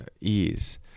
ease